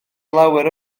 lawer